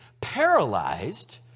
paralyzed